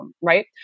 right